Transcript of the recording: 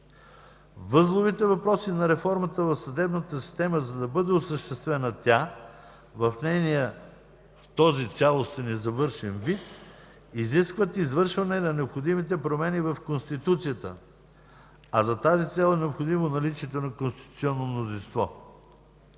Възловите въпроси на реформата в съдебната система, за да бъде осъществена тя в този цялостен и завършен вид, изискват извършване на необходимите промени в Конституцията, а за тази цел е необходимо наличието на конституционно мнозинство.